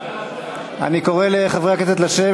אני קורא לחברי הכנסת לשבת.